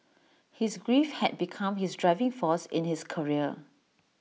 his grief had become his driving force in his career